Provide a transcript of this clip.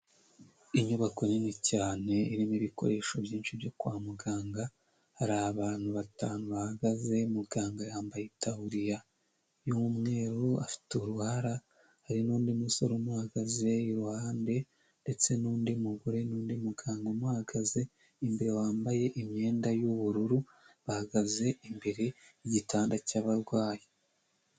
Inyubako nini cyane irimo ibikoresho byinshi byo kwa muganga, hari abantu batanu bahagaze muganga yambaye itaburiya y'umweru afite uruhara, hari n'undi musore umuhagaze iruhande ndetse n'undi mugore n'undi muganga uhagaze imbere wambaye imyenda y'ubururu bahagaze imbere y'igitanda cy'abarwayi.